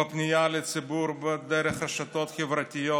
בפנייה לציבור דרך רשתות חברתיות,